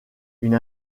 une